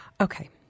Okay